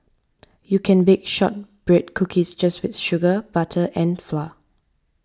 you can bake Shortbread Cookies just with sugar butter and flour